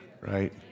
right